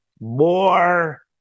more